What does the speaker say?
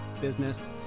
business